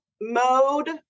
mode